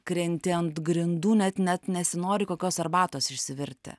krenti ant grindų net net nesinori kokios arbatos išsivirti